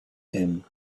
him